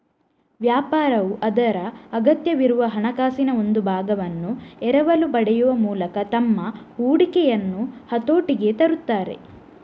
ವ್ಯಾಪಾರವು ಅದರ ಅಗತ್ಯವಿರುವ ಹಣಕಾಸಿನ ಒಂದು ಭಾಗವನ್ನು ಎರವಲು ಪಡೆಯುವ ಮೂಲಕ ತಮ್ಮ ಹೂಡಿಕೆಯನ್ನು ಹತೋಟಿಗೆ ತರುತ್ತಾರೆ